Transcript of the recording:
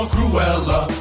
Cruella